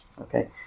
Okay